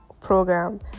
program